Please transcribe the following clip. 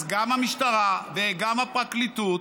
אז גם המשטרה וגם הפרקליטות,